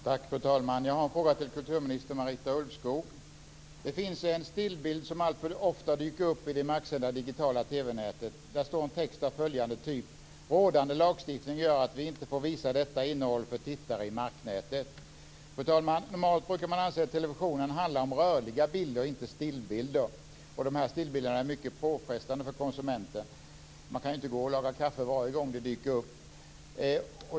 Fru talman! Jag har en fråga till kulturminister Det finns en stillbild som alltför ofta dyker upp i det marksända digitala TV-nätet. Där står en text av följande typ: Rådande lagstiftning gör att vi inte får visa detta innehåll för tittare i marknätet. Fru talman! Normalt brukar man anse att televisionen handlar om rörliga bilder, inte stillbilder. De här stillbilderna är mycket påfrestande för konsumenten. Man kan ju inte gå och koka kaffe varje gång de dyker upp.